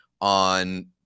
on